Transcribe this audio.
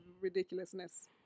ridiculousness